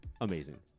amazing